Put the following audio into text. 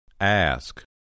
Ask